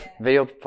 video